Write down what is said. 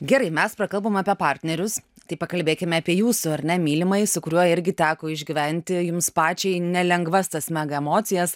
gerai mes prakalbom apie partnerius tai pakalbėkime apie jūsų ar ne mylimąjį su kuriuo irgi teko išgyventi jums pačiai nelengvas tas mega emocijas